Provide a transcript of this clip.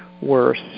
worse